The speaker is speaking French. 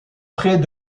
près